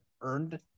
earned